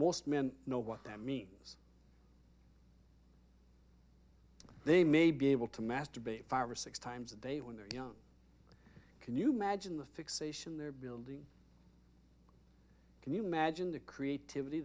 most men know what that means they may be able to masturbate five or six times a day when they're young can you imagine the fixation they're building can you imagine the creativity